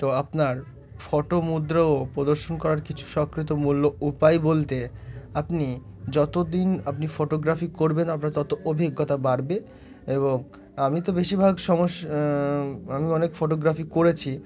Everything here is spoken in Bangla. তো আপনার ফটো মুদ্রাও প্রদর্শন করার কিছু সকৃত মূল্য উপায় বলতে আপনি যতদিন আপনি ফটোগ্রাফি করবেন আপনার তত অভিজ্ঞতা বাড়বে এবং আমি তো বেশিরভাগ সমস্যা আমি অনেক ফটোগ্রাফি করেছি